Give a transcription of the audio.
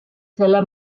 selle